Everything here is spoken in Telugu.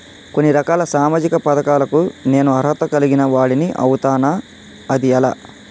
కొన్ని రకాల సామాజిక పథకాలకు నేను అర్హత కలిగిన వాడిని అవుతానా? అది ఎలా?